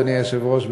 אדוני היושב-ראש,